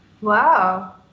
Wow